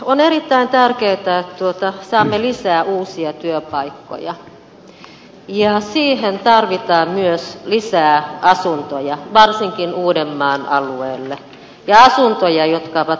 on erittäin tärkeätä että saamme lisää uusia työpaikkoja ja siihen tarvitaan myös lisää asuntoja varsinkin uudenmaan alueelle ja asuntoja jotka ovat kohtuuhintaisia